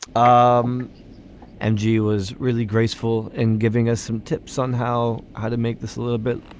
um and she was really graceful in giving us some tips on how how to make this a little bit,